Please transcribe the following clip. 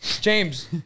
James